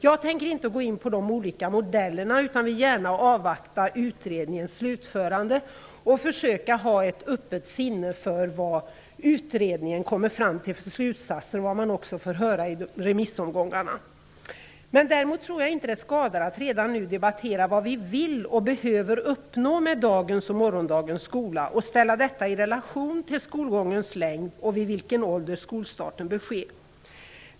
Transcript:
Jag tänker inte gå in på de olika modellerna utan vill gärna avvakta utredningens slutförande och försöka ha ett öppet sinne för de slutsatser utredningen kommer fram till och även vad som framkommer i remissomgångarna. Däremot tror jag inte det skadar att redan nu debattera vad vi vill och behöver uppnå med dagens och morgondagens skola och ställa detta i relation till skolgångens längd och vid vilken ålder skolstarten bör ske.